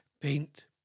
Paint